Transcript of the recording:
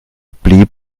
blieb